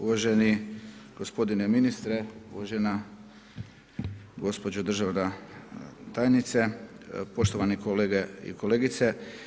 Uvaženi gospodine ministre, uvažena gospođo državna tajnice, poštovane kolegice i kolege.